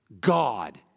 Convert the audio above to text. God